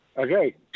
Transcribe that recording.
Okay